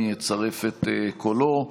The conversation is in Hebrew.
אני אצרף את קולו.